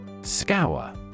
SCOUR